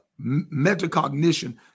metacognition